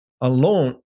alone